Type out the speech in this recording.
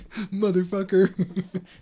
motherfucker